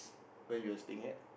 where you were sitting at